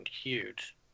huge